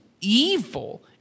evil